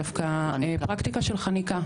דווקא פרקטיקה של חניקה.